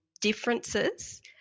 differences